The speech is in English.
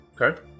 okay